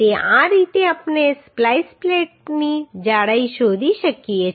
તો આ રીતે આપણે સ્પ્લાઈસ પ્લેટની જાડાઈ શોધી શકીએ છીએ